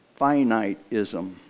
finiteism